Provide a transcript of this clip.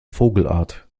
vogelart